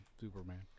Superman